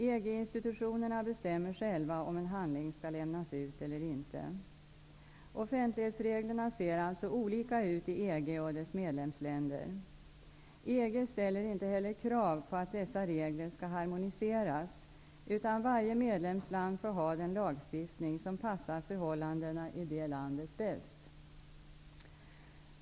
EG institutionerna bestämmer själva om en handling skall lämnas ut eller inte. Offentlighetsreglerna ser alltså olika ut i EG och dess medlemsländer. EG ställer heller inte krav på att dessa regler skall harmoniseras utan varje medlemsland får ha den lagstiftning som passar förhållandena i det landet bäst.